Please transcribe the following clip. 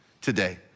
today